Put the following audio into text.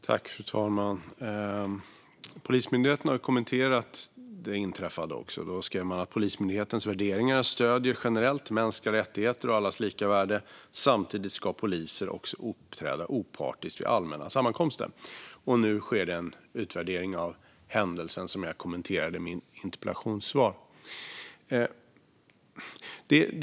Fru talman! Polismyndigheten har kommenterat det inträffade. Man skrev: Polismyndighetens värderingar stöder generellt mänskliga rättigheter och allas lika värde. Samtidigt ska poliser också uppträda opartiskt vid allmänna sammankomster. Nu sker det en utvärdering av händelsen som jag kommenterade i mitt interpellationssvar.